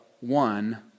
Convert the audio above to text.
one